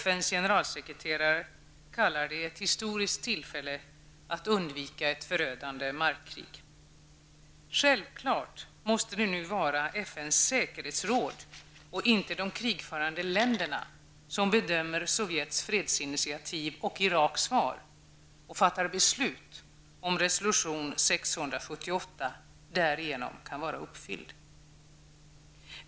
FNs generalsekreterare kallar det ett historiskt tillfälle att undvika ett förödande markkrig. Självklart måste det nu vara FNs säkerhetsråd och inte de krigförande länderna som bedömer Sovjets fredsinitiativ och Iraks svar samt fattar beslut om huruvida resolution 678 därigenom kan vara uppfylld.